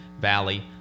valley